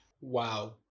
Wow